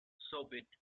soviet